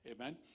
Amen